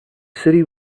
city